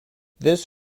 this